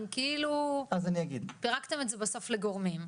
הן כאילו פירקתם את זה בסוף לגורמים.